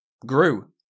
grew